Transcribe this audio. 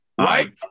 right